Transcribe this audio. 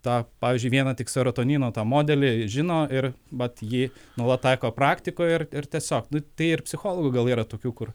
tą pavyzdžiui vieną tik serotonino tą modelį žino ir mat jį nuolat taiko praktikoj ir ir tiesiog nu tai ir psichologų gal yra tokių kur